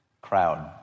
crowd